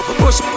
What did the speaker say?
push